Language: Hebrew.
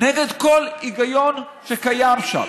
נגד כל היגיון שקיים שם.